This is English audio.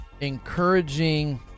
Encouraging